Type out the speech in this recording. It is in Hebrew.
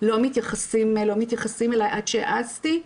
לא מתייחסים אלי עד שהעזתי',